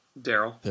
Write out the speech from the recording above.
Daryl